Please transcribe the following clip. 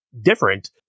different